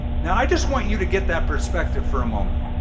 now i just want you to get that perspective for a moment.